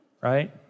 right